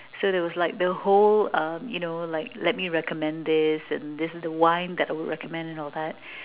so there was like the whole uh you know like let me recommend this and this is the wine I would recommend and all that